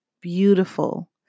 beautiful